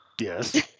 Yes